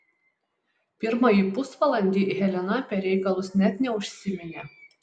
pirmąjį pusvalandį helena apie reikalus net neužsiminė